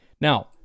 Now